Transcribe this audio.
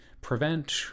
prevent